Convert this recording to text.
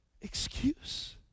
excuse